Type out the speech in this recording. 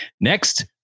Next